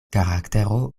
karaktero